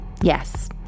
Yes